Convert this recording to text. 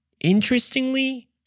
Interestingly